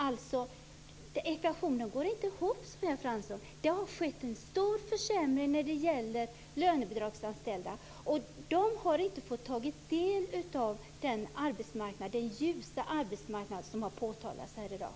Ekvationen går inte ihop, Sonja Fransson! Det har skett en stor försämring för de lönebidragsanställda. De har inte fått ta del av den ljusa arbetsmarknad som det pekats på här i dag.